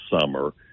summer